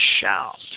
shout